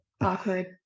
awkward